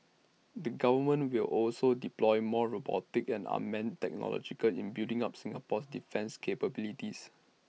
the government will also deploy more robotics and unmanned technologies in building up Singapore's defence capabilities